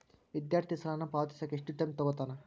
ವಿದ್ಯಾರ್ಥಿ ಸಾಲನ ಪಾವತಿಸಕ ಎಷ್ಟು ಟೈಮ್ ತೊಗೋತನ